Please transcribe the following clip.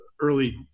early